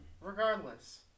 Regardless